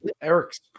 Eric's